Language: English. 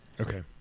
Okay